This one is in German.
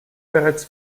bereits